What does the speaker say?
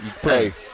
hey